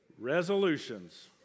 Resolutions